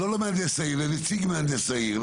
אבל נציג מהנדס העיר,